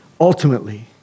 Ultimately